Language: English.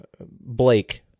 Blake